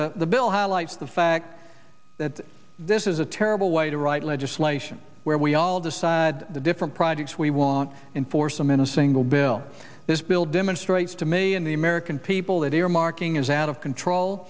but the bill highlights the fact that this is a terrible way to write legislation where we all decide the different projects we want in for some in a single bill this bill demonstrates to me and the american people that earmarking is out of control